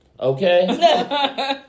Okay